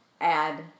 add